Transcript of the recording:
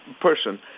person